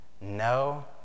No